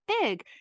big